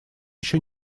еще